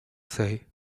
say